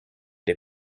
des